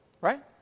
right